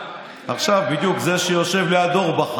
בדיוק זה שיושב עכשיו ליד אורבך.